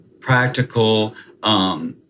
practical